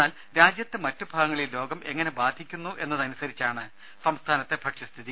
എന്നാൽ രാജ്യത്തെ മറ്റു ഭാഗങ്ങളിൽ രോഗം എങ്ങനെ ബാധിക്കുന്നു എന്നതനുസരിച്ചാണ് സംസ്ഥാനത്തെ ഭക്ഷ്യസ്ഥിതി